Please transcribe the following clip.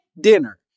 dinner